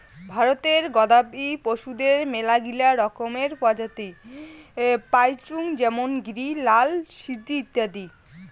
ভারতে গবাদি পশুদের মেলাগিলা রকমের প্রজাতি পাইচুঙ যেমন গিরি, লাল সিন্ধি ইত্যাদি